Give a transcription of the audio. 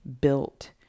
built